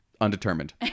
Undetermined